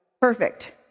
perfect